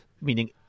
meaning